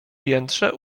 piętrze